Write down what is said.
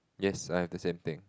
yes I have the same thing